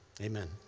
amen